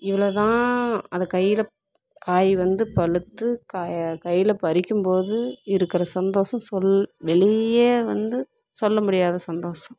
இவ்வளோ தான் அது கையில் காய் வந்து பழுத்து காய கையில் பறிக்கும் போது இருக்கிற சந்தோஷம் சொல் வெளியே வந்து சொல்ல முடியாத சந்தோஷம்